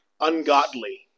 ungodly